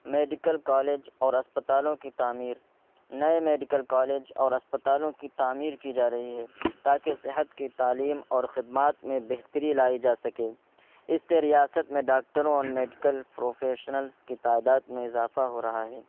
medical college اور اسپتالوں کی تعمیر نئے میڈیکل کالج اور اسپتالوں کی تعمیر کی جا رہی ہے تاکہ صحت کی تعلیم اور خدمات میں بہتری لائی جا سکے اس سے ریاست میں ڈاکٹروں اور میڈیکل پروفیشنلز کی تعداد میں اضافہ ہو رہا ہے